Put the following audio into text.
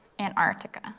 Antarctica